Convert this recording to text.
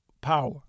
power